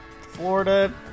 Florida